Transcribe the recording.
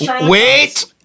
Wait